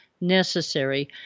necessary